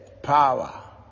power